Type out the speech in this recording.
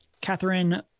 Catherine